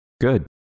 good